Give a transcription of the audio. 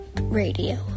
Radio